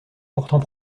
pourtant